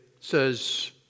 says